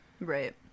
Right